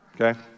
okay